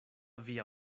via